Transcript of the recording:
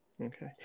Okay